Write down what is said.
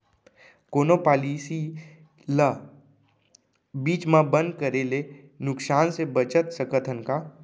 कोनो पॉलिसी ला बीच मा बंद करे ले नुकसान से बचत सकत हन का?